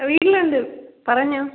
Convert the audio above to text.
വീട്ടിലുണ്ട് പറഞ്ഞോ